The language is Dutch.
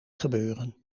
gebeuren